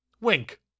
wink